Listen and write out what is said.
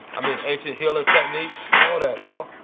i mean, ancient healing techniques, and all that, yo.